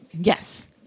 Yes